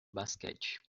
basquete